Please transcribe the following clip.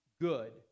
good